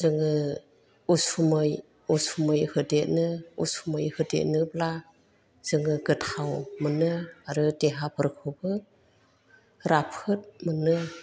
जोङो उसुमै उसुमै होदेरनो उसुमै होदेरनोब्ला जोङो गोथाव मोनो आरो देहाफोरखौबो राफोद मोनो